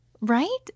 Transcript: right